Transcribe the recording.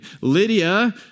Lydia